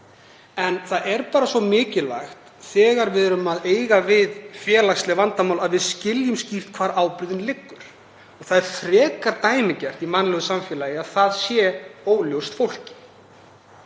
En það er bara svo mikilvægt þegar við erum að eiga við félagsleg vandamál að við skiljum skýrt hvar ábyrgðin liggur. Það er frekar dæmigert í mannlegu samfélagi að það sé óljóst fyrir